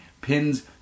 pins